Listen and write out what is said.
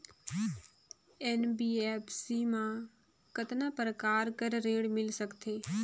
NBFC मा कतना प्रकार कर ऋण मिल सकथे?